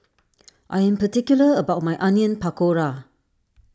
I am particular about my Onion Pakora